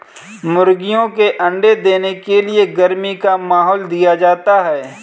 मुर्गियों के अंडे देने के लिए गर्मी का माहौल दिया जाता है